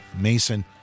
Mason